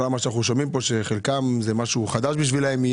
אנחנו שומעים פה שחלקם זה משהו חדש בשבילם,